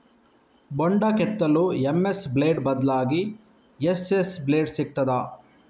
ಬೊಂಡ ಕೆತ್ತಲು MS blade ಬದ್ಲಾಗಿ ಎಸ್.ಎಸ್ ಬ್ಲೇಡ್ ಸಿಕ್ತಾದ?